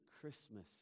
Christmas